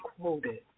quoted